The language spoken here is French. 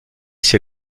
c’est